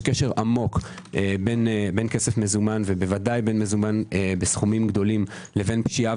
קשר עמוק בין כסף מזומן ובוודאי במזומן בסכומים גדולים לפשיעה,